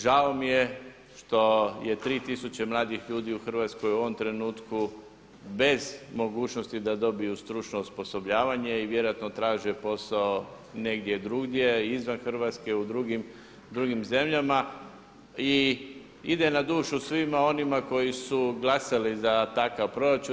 Žao mi je što je 3 tisuće mladih ljudi u Hrvatskoj u ovom trenutku bez mogućnosti da dobiju stručno osposobljavanje i vjerojatno traže posao negdje drugdje izvan Hrvatske u drugim zemljama i ide na dušu svima onima koji su glasali za takav proračun.